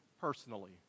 personally